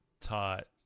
taught